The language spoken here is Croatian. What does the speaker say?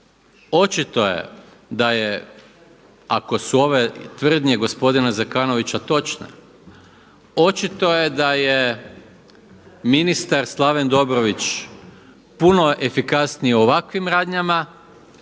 očito je da je ako su ove tvrdnje gospodina Zekanovića točne, očito je da je ministar Slaven Dobrović puno efikasniji u ovakvim radnjama,